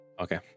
Okay